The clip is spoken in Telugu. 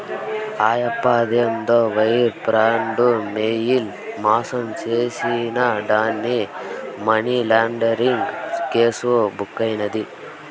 ఆయప్ప అదేందో వైర్ ప్రాడు, మెయిల్ మాసం చేసినాడాని మనీలాండరీంగ్ కేసు బుక్కైనాది